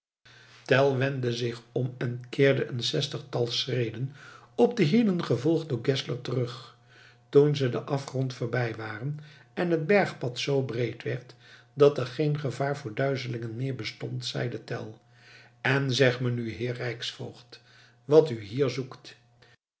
tell wendde zich om en keerde een zestigtal schreden op de hielen gevolgd door geszler terug toen ze den afgrond voorbij waren en het bergpad z breed werd dat er geen gevaar voor duizelingen meer bestond zeide tell en zeg me nu heer rijksvoogd wat u hier zoekt